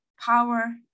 power